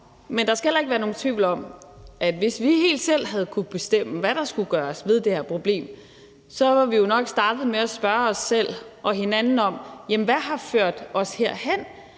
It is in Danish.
Men der skal heller ikke være nogen tvivl om, at hvis vi helt selv havde kunnet bestemme, hvad der skulle gøres ved det her problem, var vi jo nok startet med at spørge os selv og hinanden: Hvad har ført os herhen?